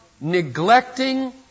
neglecting